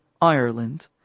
Ireland